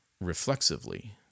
reflexively